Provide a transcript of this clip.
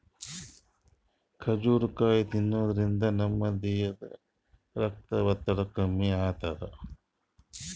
ಕರಬೂಜ್ ಕಾಯಿ ತಿನ್ನಾದ್ರಿನ್ದ ನಮ್ ದೇಹದ್ದ್ ರಕ್ತದ್ ಒತ್ತಡ ಕಮ್ಮಿ ಆತದ್